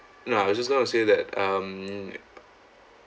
no I was just going to say that um